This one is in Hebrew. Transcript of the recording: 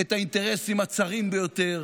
את האינטרסים הצרים ביותר